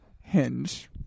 Hinge